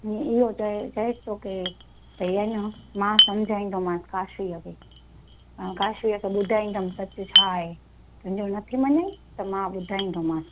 हीअ इहो त चइसि थो की भाई आहे न मां सम्झाइंदोमांसि काशवीअ खे ऐं काशवीअ खे ॿुधाइंदमि सच छा आहे तुंहिंजो नथी मञे त मां ॿुधाइंदोमांसि